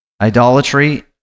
idolatry